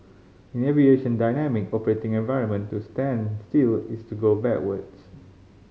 in aviation dynamic operating environment to stand still is to go backwards